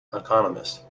economist